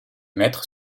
mettre